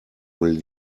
will